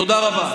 תודה רבה.